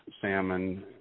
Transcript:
salmon